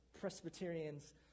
Presbyterians